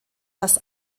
das